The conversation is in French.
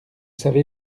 savez